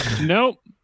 Nope